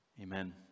Amen